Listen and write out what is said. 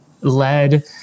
led